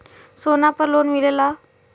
सोना पर लोन मिलेला?